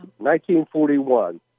1941